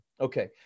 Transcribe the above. Okay